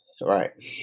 Right